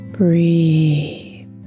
Breathe